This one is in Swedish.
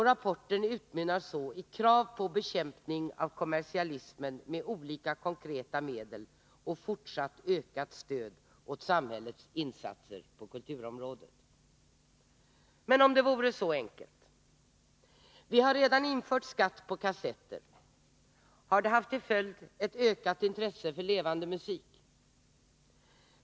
Rapporten utmynnar så i krav på bekämpning av kommersialismen med olika konkreta medel och fortsatt ökat stöd åt samhällets insatser på kulturområdet. Om det vore så enkelt! Vi har redan infört skatt på kassetter — har det haft till följd ett ökat intresse för levande musik?